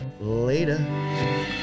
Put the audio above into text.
Later